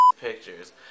pictures